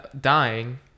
dying